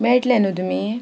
मेळटले न्हू तुमी